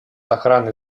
охраной